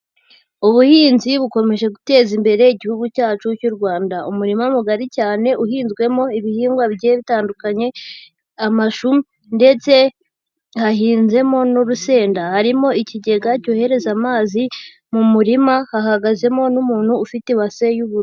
Ubuhinzi bukomeje guteza imbere igihugu cyacu cy'u Rwanda. Umurima mugari cyane uhinzwemo ibihingwa bigiye bitandukanye, amashu, ndetse hahinzemo n'urusenda. Harimo ikigega cyohereza amazi mu murima, hahagazemo n'umuntu ufite ibase y'ubururu.